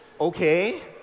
Okay